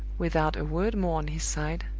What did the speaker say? without a word more on his side,